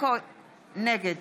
נגד